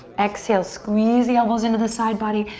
exhale, squeeze the elbows into the side body,